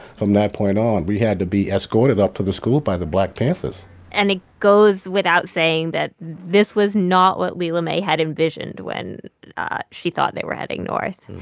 from that point on, we had to be escorted up to the school by the black panthers and it goes without saying that this was not what lela mae had envisioned when she thought they were heading north.